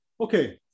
Okay